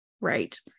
right